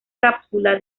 cápsula